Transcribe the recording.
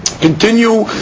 continue